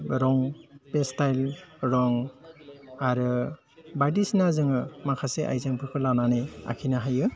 रं page style सं आरो बायदिसिना जोङो माखासे आइजेंफोरखौ लानानै आखिनो हायो